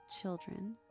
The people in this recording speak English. Children